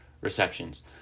receptions